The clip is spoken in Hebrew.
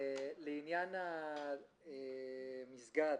לעניין המסגד,